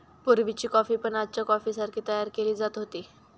पुर्वीची कॉफी पण आजच्या कॉफीसारखी तयार केली जात होती